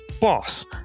BOSS